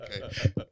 okay